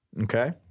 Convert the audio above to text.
okay